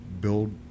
build